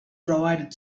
provided